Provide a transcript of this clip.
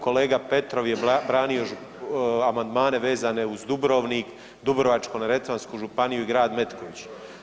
Kolega Petrov je branio amandmane vezane uz Dubrovnik, Dubrovačko-neretvansku županiju i Grad Metković.